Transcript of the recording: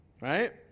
Right